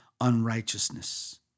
unrighteousness